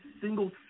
single